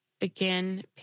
again